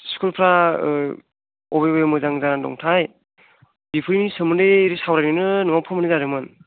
स्कुलफ्रा बबे बबे मोजां जाना दंथाय बेफोरनि सोमोन्दै सावरायलायनो नोंनाव फन हरनाय जादोंमोन